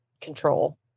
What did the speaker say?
control